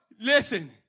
listen